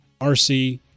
RC